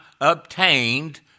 obtained